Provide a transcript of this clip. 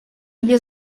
nie